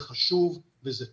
זה חשוב וזה טוב.